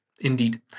Indeed